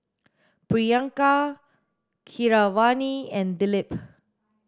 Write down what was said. Priyanka Keeravani and Dilip